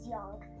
Young